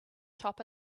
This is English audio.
top